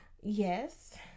yes